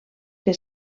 que